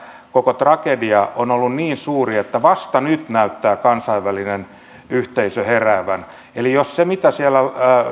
koko tragedia on ollut niin suuri että vasta nyt näyttää kansainvälinen yhteisö heräävän eli jos se mitä siellä